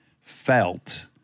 felt